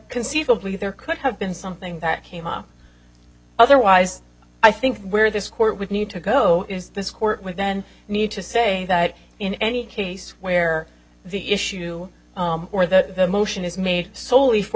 conceivably there could have been something that came up otherwise i think where this court would need to go is this court will then need to say that in any case where the issue or the motion is made solely for